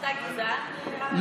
אתה גזען?